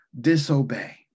disobey